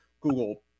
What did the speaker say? Google